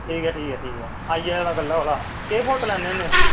ठीक ऐ ठीक ऐ ठीक ऐ तां आई जायो कल्लै कोला केह् फुट लैन्ने होन्ने